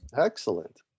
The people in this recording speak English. Excellent